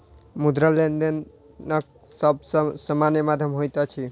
मुद्रा, लेनदेनक सब सॅ सामान्य माध्यम होइत अछि